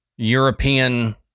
European